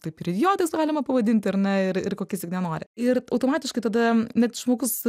taip ir idiotais galima pavadint ar ne ir ir kokiais tik nenori ir automatiškai tada net žmogus